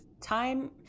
time